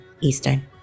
Eastern